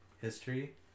history